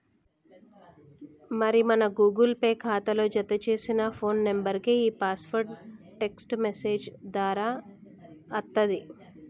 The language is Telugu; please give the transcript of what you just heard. మరి మన గూగుల్ పే ఖాతాలో జతచేసిన ఫోన్ నెంబర్కే ఈ పాస్వర్డ్ టెక్స్ట్ మెసేజ్ దారా అత్తది